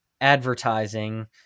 advertising